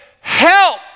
help